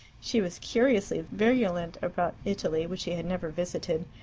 she was curiously virulent about italy, which she had never visited,